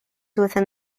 within